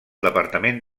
departament